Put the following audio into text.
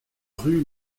rue